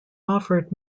offered